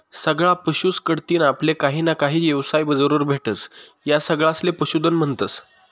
सगळा पशुस कढतीन आपले काहीना काही येवसाय जरूर भेटस, या सगळासले पशुधन म्हन्तस